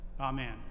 amen